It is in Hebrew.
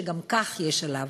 שגם כך יש לו.